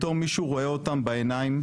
פתאום מישהו רואה אותם בעיניים.